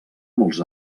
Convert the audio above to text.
molts